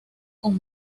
con